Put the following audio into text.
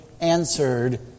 answered